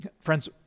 Friends